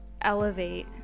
elevate